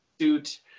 suit